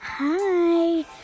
Hi